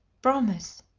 promise!